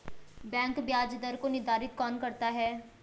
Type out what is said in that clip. Bank ब्याज दर को निर्धारित कौन करता है?